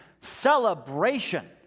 celebration